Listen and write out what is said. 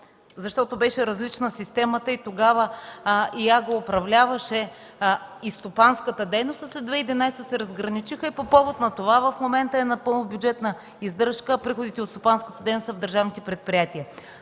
беше различна. Тогава ИАГ управляваше и стопанската дейност, а след 2011 г. се разграничиха и по повод на това в момента е напълно на бюджетна издръжка, а приходите от стопанската дейност са в държавните предприятия.